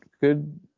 good